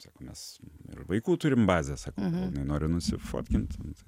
sako mes ir vaikų turim bazę sako na noriu nusifotkinti nu tai